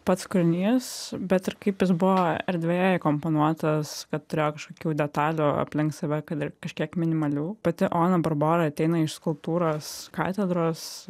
pats kūrinys bet ir kaip jis buvo erdvėje įkomponuotas kad turėjo kažkokių detalių aplink save kad ir kažkiek minimalių pati ona barbora ateina iš skulptūros katedros